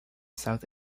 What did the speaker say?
south